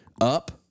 Up